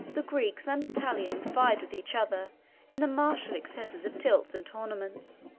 the greeks and italians vied with each other in the martial exercises of tilts and tournaments.